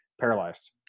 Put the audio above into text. paralyzed